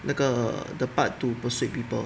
那个 the part to persuade people